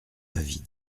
avis